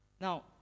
Now